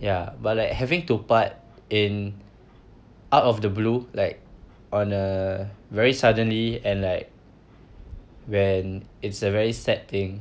ya but like having to part in out of the blue like on uh very suddenly and like when it's a very sad thing